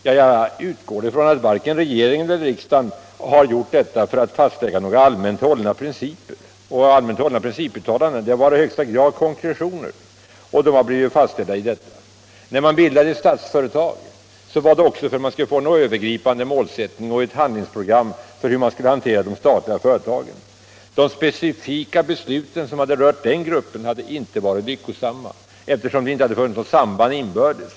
Jag utgår från att varken regeringen eller riksdagen har gjort detta för att fastlägga några allmänt hållna principer. Det har varit i högsta grad konkreta målsättningar som fastställts. Bakgrunden till att man bildade Statsföretag var också en önskan att få övergripande målsättningar och handlingsprogram för hur de statliga företagen skall hanteras. De specifika beslut som hade gällt den gruppen av företag hade inte varit lyckosamma, eftersom det inte hade funnits något inbördes samband mellan dem.